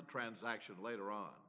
transaction later on